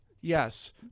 yes